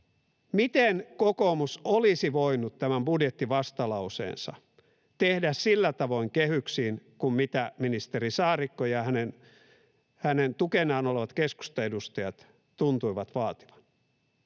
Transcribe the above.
Miten kokoomus olisi voinut tämän budjettivastalauseensa tehdä sillä tavoin kehyksiin kuin mitä ministeri Saarikko ja hänen tukenaan olevat keskustaedustajat tuntuivat vaativan?